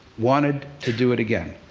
wanted to do it again.